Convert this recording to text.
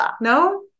no